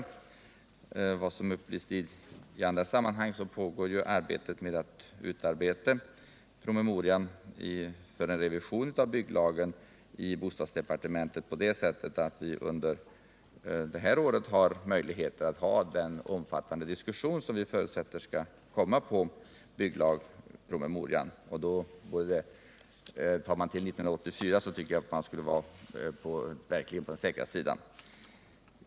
Enligt vad som uppgetts i andra sammanhang pågår inom bostadsdepartementet arbetet med att utarbeta en promemoria för revision av bygglagen så att vi under det här året har möjligheter att föra den omfattande diskussion som vi förutsätter skall komma på bygglagspromemorian. Då tycker jag att tar man till 1984 så borde man verkligen vara på den säkra sidan.